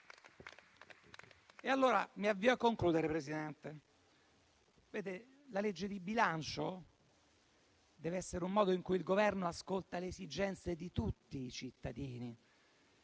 alla conclusione, signor Presidente, la legge di bilancio deve essere un modo in cui il Governo ascolta le esigenze di tutti i cittadini.